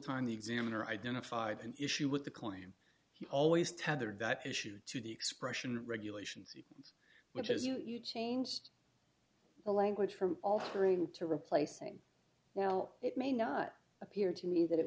time the examiner identified an issue with the claim he always tethered that issue to the expression regulation which has huge chains well language from offering to replacing well it may not appear to me that it